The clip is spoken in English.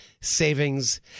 Savings